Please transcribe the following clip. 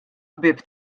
ħbieb